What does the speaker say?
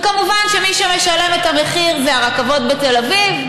וכמובן, מי שמשלם את המחיר זה הרכבות בתל אביב?